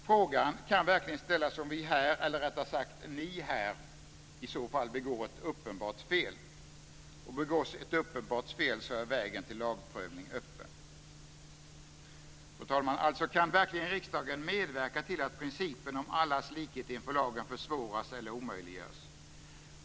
Frågan kan verkligen ställas om vi här - eller rättare sagt ni här - i så fall begår ett uppenbart fel. Och begås ett uppenbart fel så är vägen till lagprövning öppen. Fru talman! Alltså, kan verkligen riksdagen medverka till att principen om allas likhet inför lagen försvåras eller omöjliggörs?